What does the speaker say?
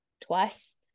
twice